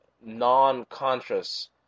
non-conscious